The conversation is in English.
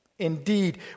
Indeed